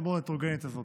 מאוד מאוד הטרוגנית הזאת.